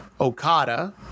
Okada